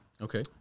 okay